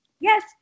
Yes